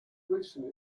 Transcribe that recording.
recently